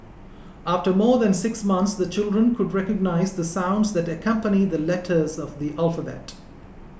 after more than six months the children could recognise the sounds that accompany the letters of the alphabet